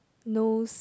knows